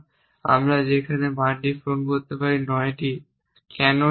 আমরা সেখানে মানটি পূরণ করতে পারি 9 টি কেন টি 9